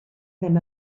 ddim